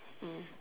mm